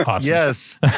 yes